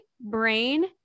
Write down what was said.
brain